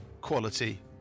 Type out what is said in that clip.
quality